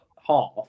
half